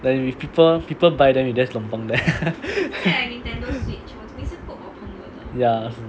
like when if people buy then we just long tong there ya